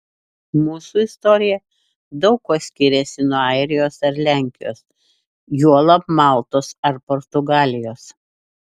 mūsų istorija daug kuo skiriasi nuo airijos ir lenkijos juolab maltos ar portugalijos